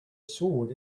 sword